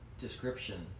description